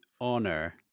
honor